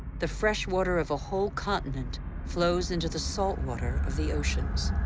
the freshwater of a whole continent flows into the salt water of the oceans.